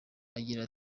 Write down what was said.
agira